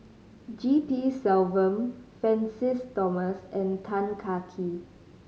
G P Selvam Francis Thomas and Tan Kah Kee